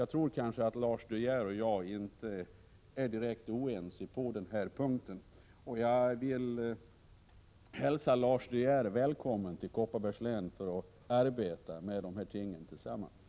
Jag tror nog att Lars De Geer och jag inte är direkt oense på den punkten. Jag hälsar Lars De Geer välkommen till Kopparbergs län för att arbeta med de här tingen gemensamt med oss.